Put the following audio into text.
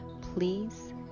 Please